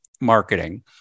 marketing